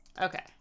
okay